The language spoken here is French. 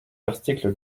article